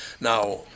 Now